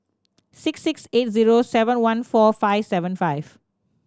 six six eight zero seven one four five seven five